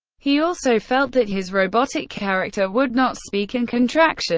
he also felt that his robotic character would not speak in contractions